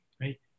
right